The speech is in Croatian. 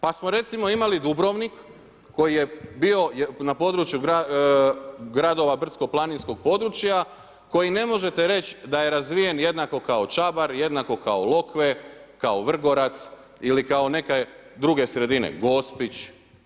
Pa smo recimo imali Dubrovnik koji je bio na području gradova brdsko-planinskog područja koji ne možete reći da je razvijen jednako kao Čabar, jednako kao Lokve, kao Vrgorac ili kao neke druge sredine, Gospić.